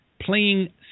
Playing